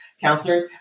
counselors